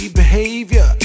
behavior